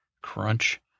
Crunch